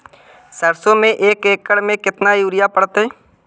सरसों में एक एकड़ मे केतना युरिया पड़तै?